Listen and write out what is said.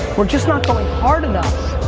we're just not going hard enough,